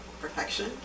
perfection